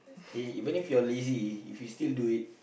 K even if you are lazy if you still do it